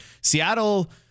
Seattle